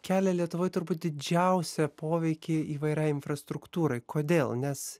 kelia lietuvoj turbūt didžiausią poveikį įvairiai infrastruktūrai kodėl nes